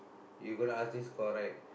you gotta ask this correct